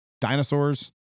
dinosaurs